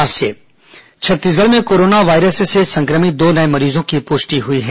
corona संक्रमित मरीज छत्तीसगढ़ में कोरोना वायरस से संक्रमित दो नए मरीजों की पुष्टि हुई है